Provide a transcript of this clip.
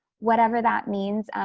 whatever that means.